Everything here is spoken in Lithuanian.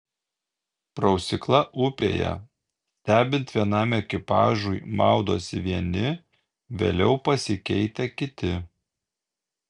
prausykla upėje stebint vienam ekipažui maudosi vieni vėliau pasikeitę kiti